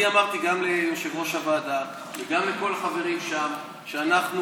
אני אמרתי גם ליושב-ראש הוועדה וגם לכל החברים שם שאנחנו,